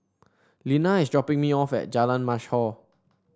Linna is dropping me off at Jalan Mashhor